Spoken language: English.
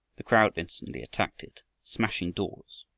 the crowd instantly attacked it, smashing doors,